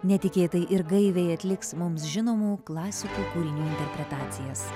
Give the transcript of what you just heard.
netikėtai ir gaiviai atliks mums žinomų klasikų kūrinių interpretacijas